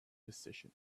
position